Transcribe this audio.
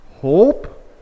Hope